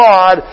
God